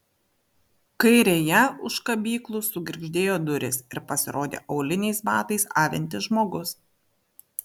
kairėje už kabyklų sugirgždėjo durys ir pasirodė auliniais batais avintis žmogus